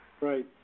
Right